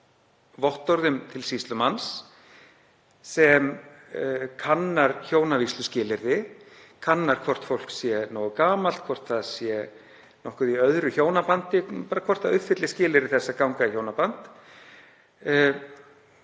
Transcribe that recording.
vottorðum til sýslumanns sem kannar hjónavígsluskilyrði, kannar hvort fólk sé nógu gamalt, hvort það sé nokkuð í öðru hjónabandi, bara hvort það uppfylli skilyrði þess að ganga í hjónaband.